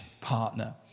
partner